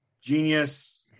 Genius